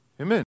Amen